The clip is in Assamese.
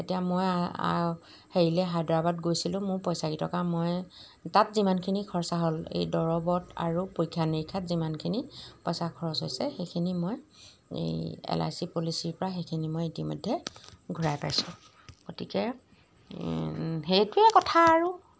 এতিয়া মই আৰু হেৰিলৈ হায়দৰাবাদ গৈছিলোঁ মোৰ পইচাকেইটকা মই তাত যিমানখিনি খৰচা হ'ল এই দৰৱত আৰু পৰীক্ষা নিৰীক্ষাত যিমানখিনি পইচা খৰচ হৈছে সেইখিনি মই এই এল আই চি পলিচিৰপৰা সেইখিনি মই ইতিমধ্যে ঘূৰাই পাইছোঁ গতিকে সেইটোৱে কথা আৰু